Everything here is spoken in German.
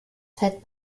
fett